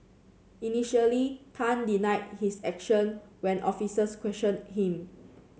initially Tan denied his action when officers questioned him